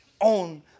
own